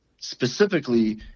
Specifically